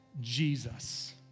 Jesus